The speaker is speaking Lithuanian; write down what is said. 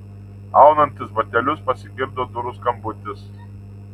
aunantis batelius pasigirdo durų skambutis